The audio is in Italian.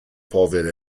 povera